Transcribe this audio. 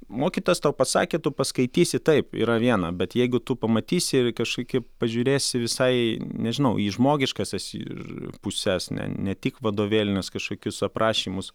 mokytojas tau pasakė tu paskaitysi taip yra viena bet jeigu tu pamatysi kažkokį pažiūrėsi visai nežinau į žmogiškąsias ir puses ne tik vadovėlinius kažkokius aprašymus